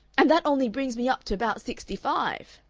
and that only brings me up to about sixty-five!